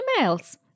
emails